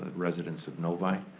ah residents of novi,